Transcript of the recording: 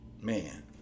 man